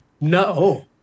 No